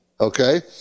Okay